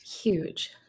huge